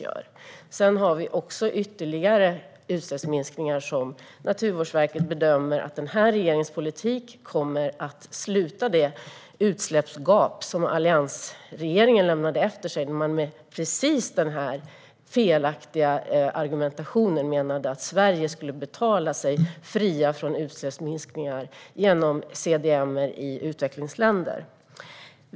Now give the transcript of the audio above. Naturvårdsverket bedömer också att den här regeringens politik kommer att leda till ytterligare utsläppsminskningar, som kommer att sluta det utsläppsgap som alliansregeringen lämnade efter sig. Man menade, precis som i Jonas Jacobsson Gjörtlers felaktiga argumentation, att Sverige skulle köpa sig fri från utsläppsminskningar genom CDM-projekt i utvecklingsländer.